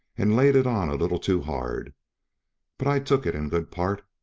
and laid it on a little too hard but i took it in good part,